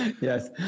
Yes